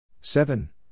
Seven